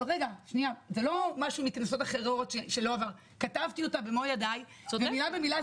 זה לא משהו מכנסות אחרות שלא עבר כתבתי אותה מילה במילה.